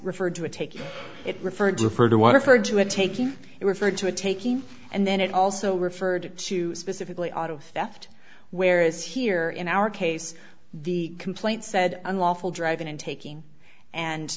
referred to a take it referred to refer to waterford to a taking it referred to a taking and then it also referred to specifically auto theft where is here in our case the complaint said unlawful driving and taking and